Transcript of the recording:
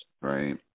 Right